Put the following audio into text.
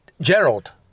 Gerald